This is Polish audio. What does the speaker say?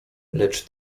lecz